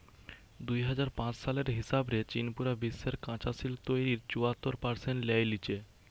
দুই হাজার পাঁচ সালের হিসাব রে চীন পুরা বিশ্বের কাচা সিল্ক তইরির চুয়াত্তর পারসেন্ট লেই লিচে